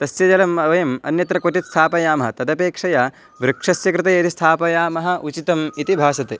तस्य जलं वयम् अन्यत्र क्वचित् स्थापयामः तदपेक्षया वृक्षस्य कृते यदि स्थापयामः उचितम् इति भासते